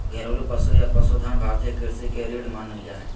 घरेलू पशु या पशुधन भारतीय कृषि के रीढ़ मानल जा हय